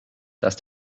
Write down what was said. dass